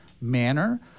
manner